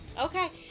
Okay